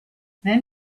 then